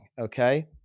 okay